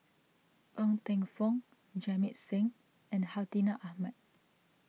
Ng Teng Fong Jamit Singh and Hartinah Ahmad